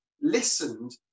listened